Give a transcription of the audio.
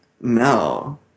No